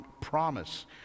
promise